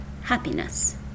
happiness